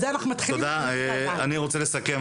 אני רוצה לסכם,